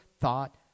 thought